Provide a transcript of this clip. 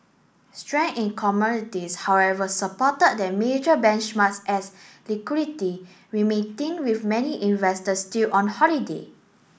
strength in commodities however supported the major benchmarks as liquidity remained thin with many investors still on holiday